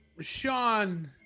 Sean